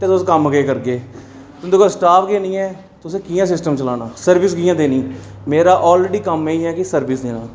ते तुस कम्म केह् करगे तुं'दे कोल स्टाफ गै निं ऐ तुसें कि'यां सिस्टम चलाना सर्विस कि'यां देनी मेरा आलरड़ी कम्म एह् ऐ कि सर्विस